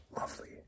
Lovely